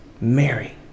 Mary